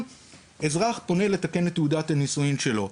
אזרח פונה לתקן את תעודת הנישואים שלו.